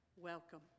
Welcome